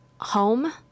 home